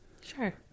Sure